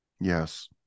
Yes